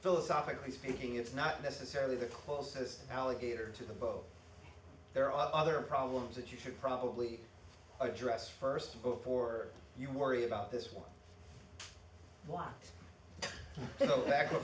philosophically speaking it's not necessarily the closest alligator to the book there are other problems that you should probably address first before you worry about this one